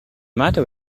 matter